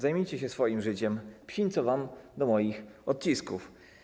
Zajmijcie się swoim życiem, psinco wam do moich odcisków.